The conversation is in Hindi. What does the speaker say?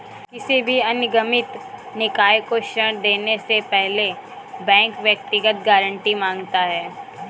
किसी भी अनिगमित निकाय को ऋण देने से पहले बैंक व्यक्तिगत गारंटी माँगता है